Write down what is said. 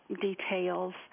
details